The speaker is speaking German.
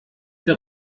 der